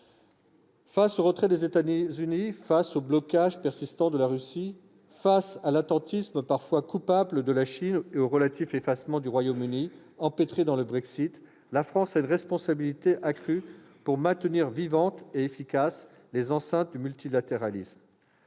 le retrait des États-Unis, le blocage persistant de la Russie, l'attentisme parfois coupable de la Chine et le relatif effacement du Royaume-Uni, empêtré dans le Brexit, la France a une responsabilité accrue pour maintenir vivantes et efficaces les instances du multilatéralisme,